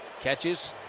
catches